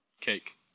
Cake